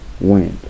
went